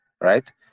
Right